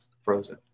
frozen